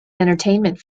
entertainment